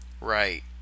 Right